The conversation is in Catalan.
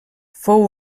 fou